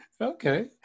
okay